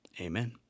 Amen